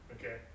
Okay